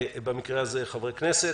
במקרה הזה חברי הכנסת.